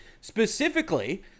Specifically